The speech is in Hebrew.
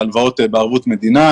הלוואות בערבות מדינה,